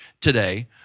today